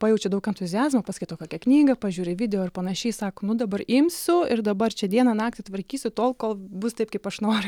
pajaučia daug entuziazmo paskaito kokią knygą pažiūri vidijo ar panašiai sako nu dabar imsiu ir dabar čia dieną naktį tvarkysiu tol kol bus taip kaip aš noriu